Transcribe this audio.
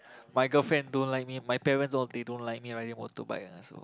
my girlfriend don't like me my parents all they don't like me riding motorbike lah so